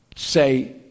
say